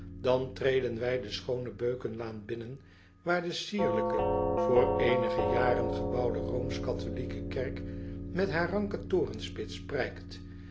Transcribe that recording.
dan treden wij de schoone beukenlaan binnen waar de sierlijke voor eenige jaren gebouwde r c kerk met haar ranke torenspits prijkt